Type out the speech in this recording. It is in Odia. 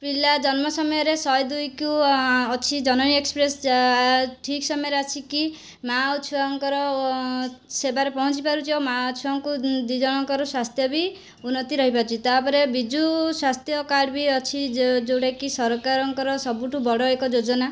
ପିଲା ଜନ୍ମ ସମୟରେ ଶହେ ଦୁଇକୁ ଆଁ ଅଛି ଜନନୀ ଏକ୍ସପ୍ରେସ୍ ଆ ଠିକ୍ ସମୟରେ ଆସିକି ମାଆ ଓ ଛୁଆଙ୍କର ଅଁ ସେବାରେ ପହଁଞ୍ଚି ପାରୁଛି ଓ ମାଆ ଛୁଆଙ୍କୁ ଦୁଇ ଜଣଙ୍କର ସ୍ୱାସ୍ଥ୍ୟ ବି ଉନ୍ନତି ରହିପାରୁଛି ତାପରେ ବିଜୁ ସ୍ୱାସ୍ଥ୍ୟ କାର୍ଡ଼ ବି ଅଛି ଯେ ଯେଉଁଟାକି ସରକାରଙ୍କର ସବୁଠାରୁ ବଡ଼ ଏକ ଯୋଜନା